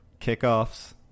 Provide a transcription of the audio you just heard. kickoffs